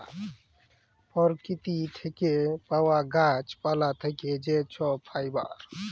পরকিতি থ্যাকে পাউয়া গাহাচ পালা থ্যাকে যে ছব ফাইবার